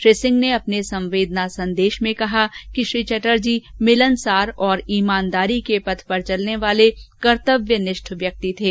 श्री सिंह ने अपनेसंवेदना संदेश में कहा कि श्री चटर्जी मिलनसार और ईमानदारी के पथ पर चलने वाले कर्त्तव्यनिष्ठ व्यक्ति थे